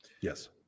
Yes